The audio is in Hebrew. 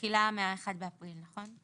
בתחילה מהאחד באפריל, נכון?